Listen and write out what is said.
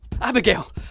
Abigail